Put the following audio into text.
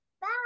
Bye